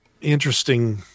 interesting